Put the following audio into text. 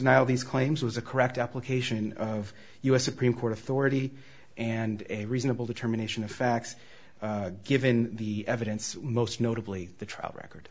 now these claims was a correct application of u s supreme court authority and a reasonable determination of facts given the evidence most notably the trial record